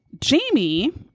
Jamie